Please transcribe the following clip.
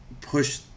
push